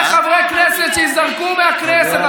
אל תאחל לחברי כנסת שייזרקו מהכנסת.